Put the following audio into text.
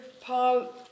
Paul